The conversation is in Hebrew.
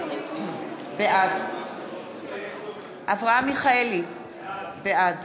בעד אברהם מיכאלי, בעד